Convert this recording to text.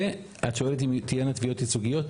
ואת שואלת אם תהיינה תביעות ייצוגיות?